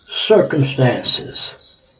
circumstances